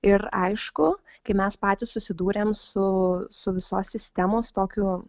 ir aišku kai mes patys susidūrėm su su visos sistemos tokiu